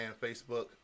Facebook